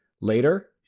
Later